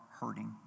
hurting